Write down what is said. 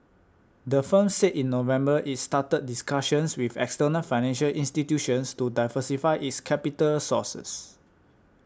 the firm said in November it's started discussions with external financial institutions to diversify its capital sources